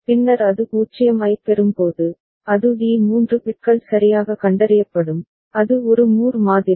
பின்னர் அது 0 ஐப் பெறும்போது அது d 3 பிட்கள் சரியாக கண்டறியப்படும் அது ஒரு மூர் மாதிரி